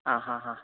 ಹಾಂ ಹಾಂ ಹಾಂ